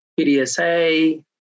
PDSA